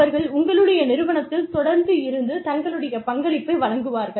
அவர்கள் உங்களுடைய நிறுவனத்தில் தொடர்ந்து இருந்து தங்களுடைய பங்களிப்பை வழங்குவார்கள்